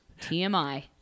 TMI